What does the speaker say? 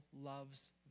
loves